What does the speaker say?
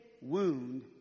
wound